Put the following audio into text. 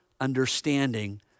understanding